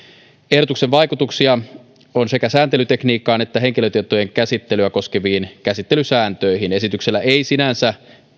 on vaikutuksia sekä sääntelytekniikkaan että henkilötietojen käsittelyä koskeviin käsittelysääntöihin esityksellä ei sinänsä